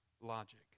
logic